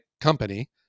company